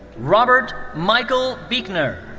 robert michael beuchner.